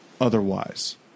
otherwise